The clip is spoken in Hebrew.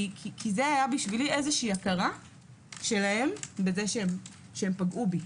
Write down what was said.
כי זה היה בשבילי הכרה שלהם בזה שהם פגעו בי.